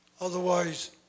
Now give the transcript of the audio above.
Otherwise